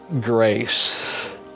grace